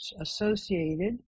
associated